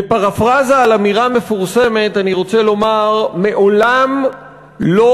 בפרפראזה על אמירה מפורסמת אני רוצה לומר: מעולם לא